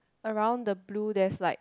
around the blue there's like